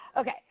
Okay